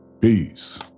Peace